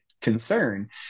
Concern